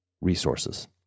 resources